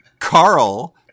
Carl